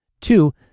Two